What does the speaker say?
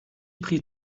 pris